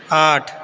आठ